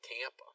Tampa